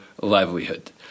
livelihood